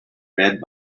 read